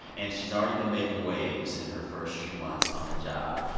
and she's already been making waves in her first few months on the job.